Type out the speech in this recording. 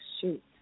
shoot